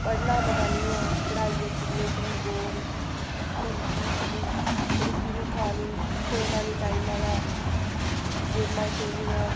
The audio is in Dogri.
पढ़ना पता नी ऐ पढ़ाइयै बिच्च इन्ने कमजोर न रुट्टी मतलब रुट्टी नी खानी सौह्ना नी टाइमा दा गेमां खेलनियां